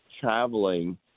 traveling